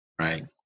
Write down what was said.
right